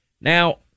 Now